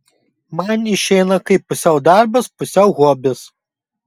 man išeina kaip pusiau darbas pusiau hobis